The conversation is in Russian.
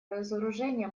разоружение